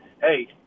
hey